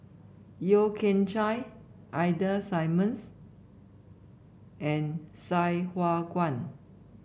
Yeo Kian Chye Ida Simmons and Sai Hua Kuan